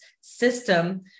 system